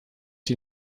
die